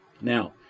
Now